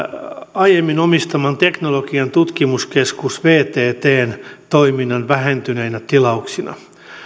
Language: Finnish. aiemmin omistaman teknologian tutkimuskeskus vttn toiminnan vähentyneinä tilauksina